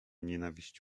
nienawiść